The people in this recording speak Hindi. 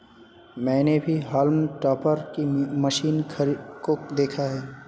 मैंने भी हॉल्म टॉपर की मशीन को देखा है